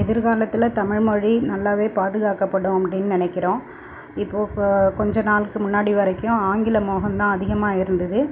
எதிர்காலத்தில் தமிழ்மொழி நல்லாவே பாதுகாக்கப்படும் அப்படின் நினைக்கிறோம் இப்போப்போ கொஞ்ச நாளுக்கு முன்னாடி வரைக்கும் ஆங்கில மோகம்தான் அதிகமாக இருந்துது